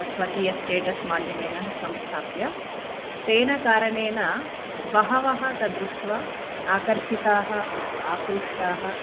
स्वकीयस्टेटस्माध्यमेन संस्थाप्य तेन कारणेन बहवः तद्दृष्ट्वा आकर्षिताः आकृष्टाः